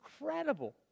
incredible